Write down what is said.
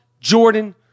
Jordan-